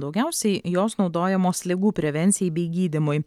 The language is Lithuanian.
daugiausiai jos naudojamos ligų prevencijai bei gydymui